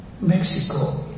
Mexico